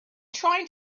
trying